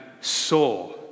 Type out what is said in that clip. saw